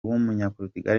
w’umunyaportugal